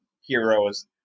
heroes